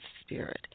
spirit